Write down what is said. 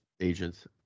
agents